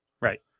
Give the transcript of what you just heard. Right